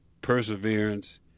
perseverance